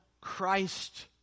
Christ